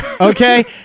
okay